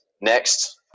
Next